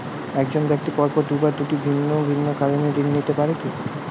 এক জন ব্যক্তি পরপর দুবার দুটি ভিন্ন কারণে ঋণ নিতে পারে কী?